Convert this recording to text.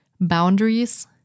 boundaries